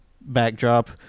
backdrop